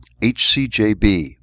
HCJB